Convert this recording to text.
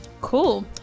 cool